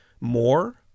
more